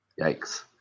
Yikes